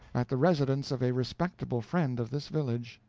at the residence of a respectable friend of this village.